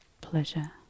pleasure